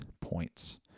points